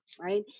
right